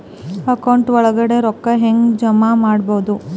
Account ಒಳಗಡೆ ರೊಕ್ಕ ಹೆಂಗ್ ಜಮಾ ಮಾಡುದು?